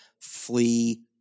flee